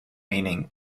meaning